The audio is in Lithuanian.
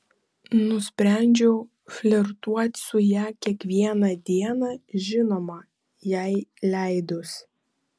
nusprendžiau flirtuoti su ja kiekvieną dieną žinoma jai leidus